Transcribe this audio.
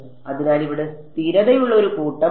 അതിനാൽ ഇവിടെ സ്ഥിരതയുള്ള ഒരു കൂട്ടം ഉണ്ട്